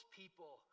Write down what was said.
people